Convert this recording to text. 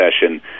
session